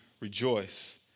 rejoice